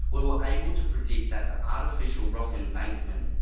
were able to predict that the artificial rock embankment,